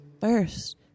first